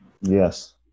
Yes